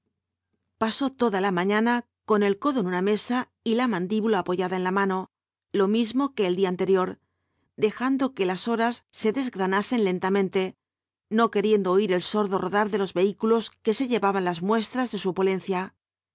pasó toda la mañana con el codo en una mesa y la mandíbula apoyada en la mano lo mismo que el día anterior dejando que las horas se desgranasen lentamente no queriendo oir el sordo rodar de los vehículos que se llevaban las muestras de su opulencia